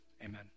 Amen